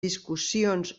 discussions